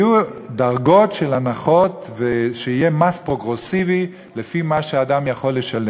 דקות אחדות היה פיגוע בשבות-רחל.